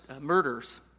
murders